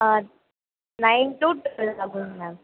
ah nine to thousand ma'am